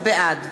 בעד